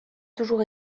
toujours